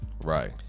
Right